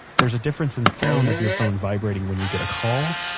there's a difference in sound of your phone vibrating when you get a call,